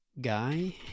guy